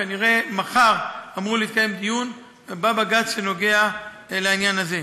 כנראה מחר אמור להתקיים דיון בבג"ץ בנוגע לעניין הזה.